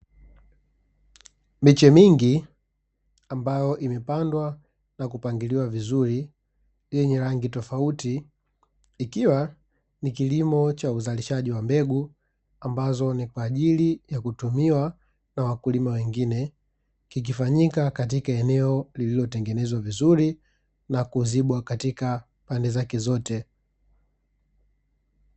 Miche mingi, ambayo imepandwa na kupangiliwa vizuri, yenye rangi tofauti ikiwa ni kilimo cha uzalishaji wa mbegu ambazo ni kwa ajili ya kutumiwa na wakulima wengine, kikifanyika katika eneo lililotengenezwa vizuri na kuzibwa katika pande zake zote.